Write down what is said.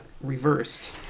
reversed